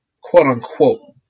quote-unquote